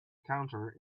counter